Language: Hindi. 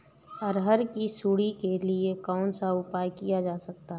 अरहर की सुंडी के लिए कौन सा उपाय किया जा सकता है?